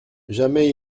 jamais